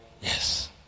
yes